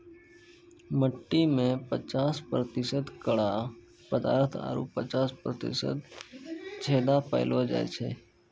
मट्टी में पचास प्रतिशत कड़ा पदार्थ आरु पचास प्रतिशत छेदा पायलो जाय छै